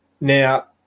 now